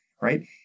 right